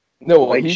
no